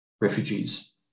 refugees